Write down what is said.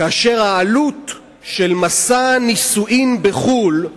כאשר העלות של מסע נישואין בחו"ל,